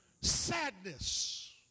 Sadness